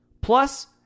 Plus